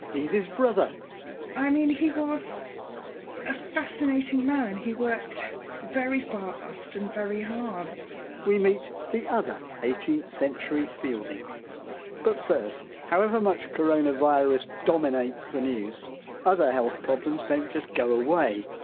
he's his brother i mean he was a fascinating man, and he worked very fast and very hard we meet the other eighteenth century fielding but first, however much coronavirus dominates the news other health problems don't just go away.